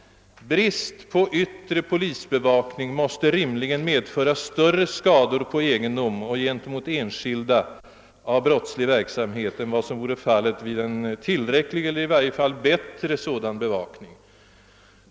Brist på yttre polisbevakning måste rimligen medföra större skador på egendom och gentemot enskilda av brottslig verksamhet än vad som vore fallet vid en tillräcklig eller i varje fall bättre sådan bevakning.